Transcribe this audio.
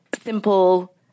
simple